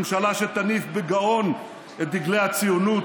ממשלה שתניף בגאון את דגלי הציונות,